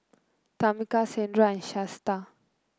Tamica Sandra and Shasta